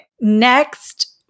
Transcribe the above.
Next